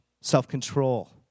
self-control